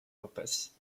opus